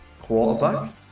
quarterback